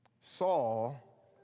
Saul